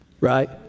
right